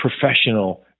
professional